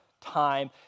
time